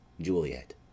Juliet